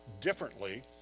differently